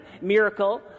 miracle